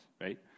right